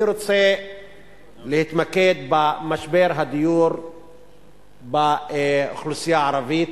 אני רוצה להתמקד במשבר הדיור באוכלוסייה הערבית,